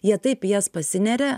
jie taip į jas pasineria